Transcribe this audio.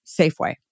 Safeway